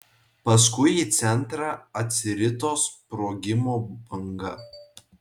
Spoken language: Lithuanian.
paskui į centrą atsirito sprogimo banga